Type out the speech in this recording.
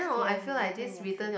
clear return your tray